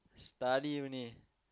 study only